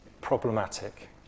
problematic